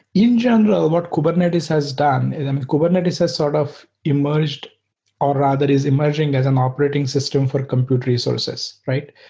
in general, what kubernetes has done is kubernetes has sort of emerged or ah rather is emerging as an operating system for compute resources, right?